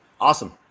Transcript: Awesome